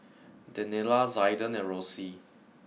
Daniella Zaiden and Rosie